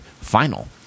final